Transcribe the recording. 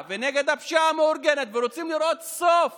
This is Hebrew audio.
ונגד הפשיעה המאורגנת ורוצים לראות סוף